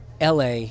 LA